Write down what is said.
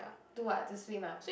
do what to swim ah